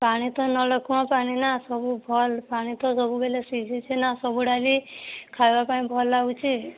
ପାଣି ତ ନଳକୂଅ ପାଣି ନା ସବୁ ଭଲ ପାଣି ତ ସବୁବେଳେ ସିଝିଛି ନା ଡାଲି ଖାଇବା ପାଇଁ ଭଲ ଲାଗୁଛି